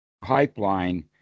pipeline